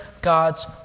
God's